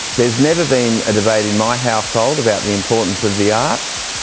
there's never been a debate in my household about the importance of the arts,